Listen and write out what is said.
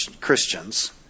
Christians